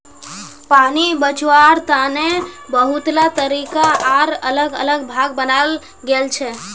पानी बचवार तने बहुतला तरीका आर अलग अलग भाग बनाल गेल छे